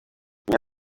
iya